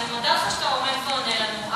אני מודה לך על שאתה עומד ועונה לנו,